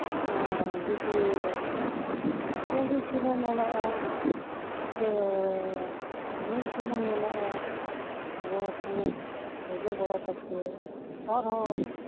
ᱡᱩᱫᱤ ᱠᱩᱸᱭᱰᱤ ᱥᱩᱱᱩᱢ ᱢᱮᱱᱟᱜᱼᱟ ᱥᱮ ᱱᱤᱢ ᱥᱩᱱᱩᱢ ᱢᱮᱱᱟᱜᱼᱟ ᱱᱚᱣᱟ ᱠᱚ ᱚᱡᱚᱜ ᱵᱟᱲᱟ ᱠᱟᱛᱮᱫ ᱟᱨᱦᱚᱸ